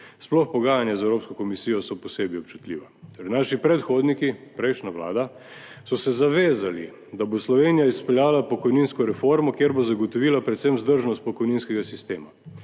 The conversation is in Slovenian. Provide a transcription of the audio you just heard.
sploh pogajanja z Evropsko komisijo so posebej občutljiva. Naši predhodniki, prejšnja vlada, so se zavezali, da bo Slovenija izpeljala pokojninsko reformo, kjer bo zagotovila predvsem vzdržnost pokojninskega sistema.